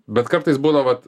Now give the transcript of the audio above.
bet kartais būna vat